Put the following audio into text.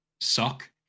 suck